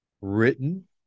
written